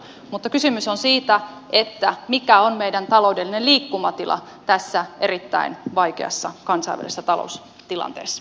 mutta kysymys on siitä mikä on meidän taloudellinen liikkumatilamme tässä erittäin vaikeassa kansainvälisessä taloustilanteessa